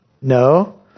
no